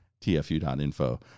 tfu.info